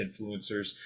influencers